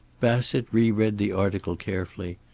bassett re-read the article carefully,